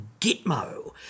Gitmo